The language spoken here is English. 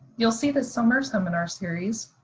you'll see the summer seminar series,